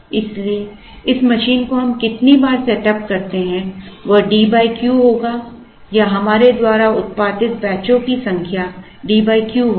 इसलिए इस मशीन को हम कितनी बार सेटअप करते हैं वह D Q होगा या हमारे द्वारा उत्पादित बैचों की संख्या D Q होगी